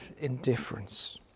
indifference